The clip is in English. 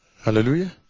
Hallelujah